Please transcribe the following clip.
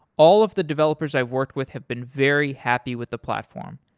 all of the developers i've worked with have been very happy with the platform.